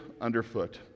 underfoot